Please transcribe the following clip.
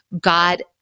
God